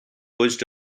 pushed